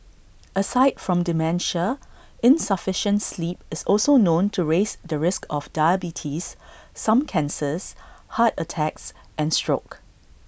aside from dementia insufficient sleep is also known to raise the risk of diabetes some cancers heart attacks and stroke